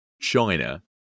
China